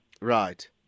Right